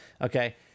Okay